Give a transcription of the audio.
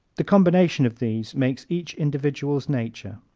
the combination of these makes each individual's nature.